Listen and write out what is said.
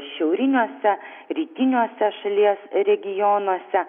šiauriniuose rytiniuose šalies regionuose